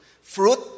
Fruit